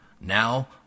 Now